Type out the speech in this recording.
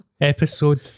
Episode